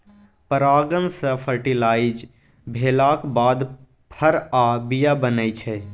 परागण सँ फर्टिलाइज भेलाक बाद फर आ बीया बनै छै